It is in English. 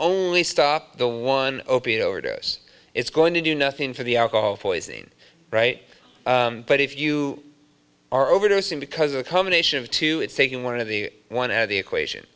only stop the one opiate overdose it's going to do nothing for the alcohol poisoning right but if you are overdosing because a combination of two it's taking one of the one out of the equation